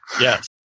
Yes